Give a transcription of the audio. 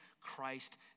Christ